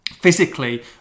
physically